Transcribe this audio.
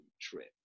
trip